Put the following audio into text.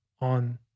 on